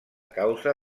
causa